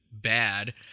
bad